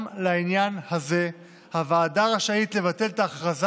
גם בעניין הזה הוועדה רשאית לבטל את ההכרזה